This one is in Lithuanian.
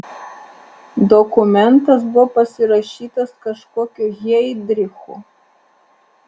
dokumentas buvo pasirašytas kažkokio heidricho